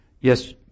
Yes